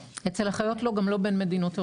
אצל אחיות לא, גם לא בין מדינות אירופה.